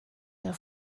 der